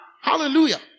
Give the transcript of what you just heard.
Hallelujah